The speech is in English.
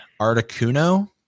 Articuno